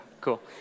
cool